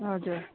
हजुर